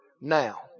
now